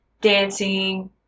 dancing